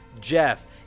Jeff